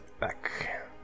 back